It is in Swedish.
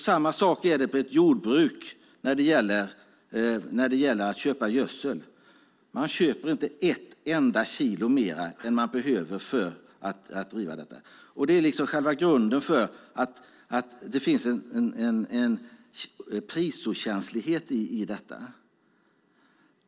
Samma sak är det med ett jordbruk när det gäller att köpa gödsel; man köper inte ett enda kilo mer än man behöver för att driva jordbruket. Det är själva grunden för att det finns en prisokänslighet i detta.